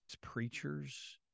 preachers